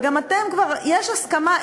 וגם אתם: יש הסכמה,